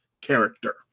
character